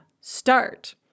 start